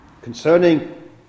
concerning